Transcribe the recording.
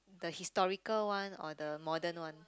the historical one or the modern one